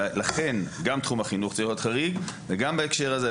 לכן גם תחום החינוך צריך להיות חריג וגם בהקשר הזה,